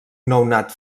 nounat